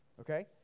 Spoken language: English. okay